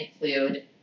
include